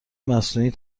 مصنوعی